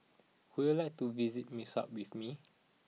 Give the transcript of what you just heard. would you like to visit Minsk with me